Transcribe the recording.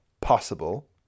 possible